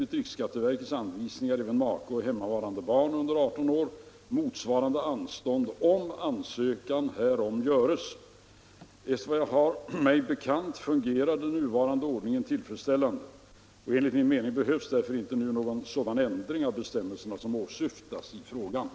Vill finansministern medverka till att make och hemmavarande barn under 18 år i ovannämnda fall beviljas generellt anstånd utan särskild ansökan och därmed minska den anhopning av arbete med ansökningsärenden som eljest kommer att drabba skattskyldiga, deklarationsbyråer och berörda myndigheter?